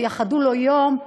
תייחדו לו יום,